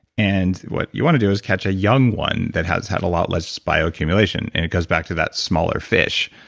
and what you want to do is catch a young one that has had a lot less bioaccumulation, and it goes back to that smaller fish.